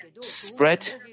spread